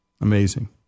Amazing